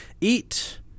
Eat